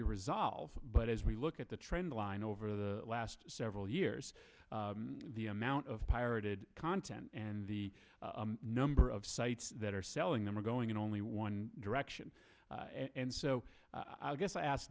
your resolve but as we look at the trend line over the last several years of pirated content and the number of sites that are selling them are going in only one direction and so i guess i ask